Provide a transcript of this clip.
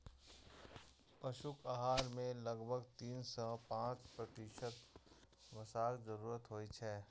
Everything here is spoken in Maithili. पशुक आहार मे लगभग तीन सं पांच प्रतिशत वसाक जरूरत होइ छै